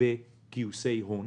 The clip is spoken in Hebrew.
והרבה גיוסי הון.